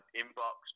inbox